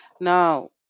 Now